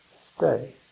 stay